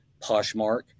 Poshmark